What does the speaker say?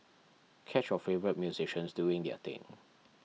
catch your favourites musicians doing their thing